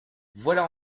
voilà